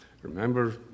Remember